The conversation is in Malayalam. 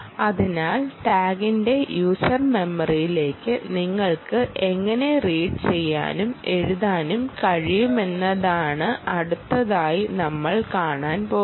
അതിനാൽ ടാഗിന്റെ യൂസർ മെമ്മറിയിലേക്ക് നിങ്ങൾക്ക് എങ്ങനെ റീഡ് ചെയ്യാനും എഴുതാനും കഴിയുമെന്നതാണ് അടുത്തതായി നമ്മൾ കാണാൻ പോകുന്നത്